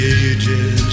ages